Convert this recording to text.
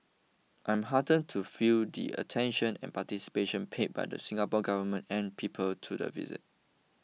I'm heartened to feel the attention and anticipation paid by the Singapore Government and people to the visit